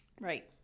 Right